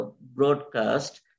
broadcast